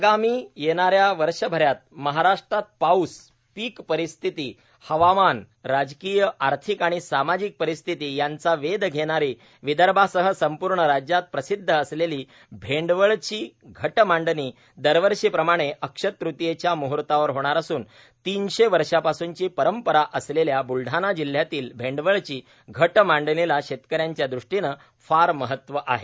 आगामी येणाऱ्या वर्षभरात महाराष्ट्रात पाऊस पीक परिस्थिती हवामान राजकीय आर्थिक आणि सामाजिक परिस्थिती याचा वेध घेणारी विदर्भासह संपूर्ण राज्यात प्रसिध्द असलेली भेंडवळची घटमांडणी दरवर्षीप्रमाणे अक्षय्य तृतीयेच्या मुहर्तावर होणार असून तीनशे वर्षांपासूनची परंपरा असलेल्या ब्लडाणा जिल्ह्यातील भेंडवळची घट मांडणीला शेतकऱ्यांच्या दृष्टीने फार महत्व आहे